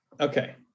Okay